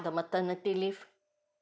the maternity leave